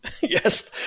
Yes